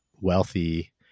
wealthy